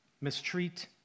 mistreat